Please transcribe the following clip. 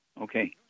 Okay